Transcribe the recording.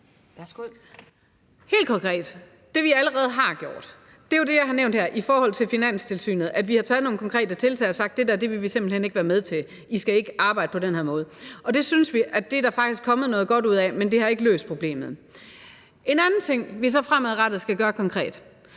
Helt konkret det, vi allerede har gjort, og det er jo det, jeg har nævnt her om Finanstilsynet. Her har vi lavet nogle konkrete tiltag og sagt: Det der vil vi simpelt hen ikke være med til, I skal ikke arbejde på den her måde. Det synes vi faktisk at der er kommet noget godt ud af, men det har ikke løst problemet. En anden ting, vi fremadrettet skal gøre konkret,